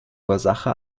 ursache